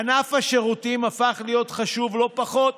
ענף השירותים הפך להיות חשוב לא פחות,